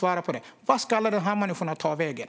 Vart ska de ta vägen?